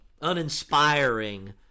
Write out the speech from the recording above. uninspiring